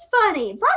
funny